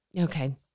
okay